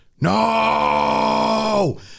No